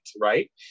right